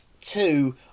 Two